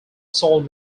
salt